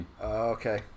Okay